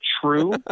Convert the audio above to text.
true